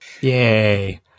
yay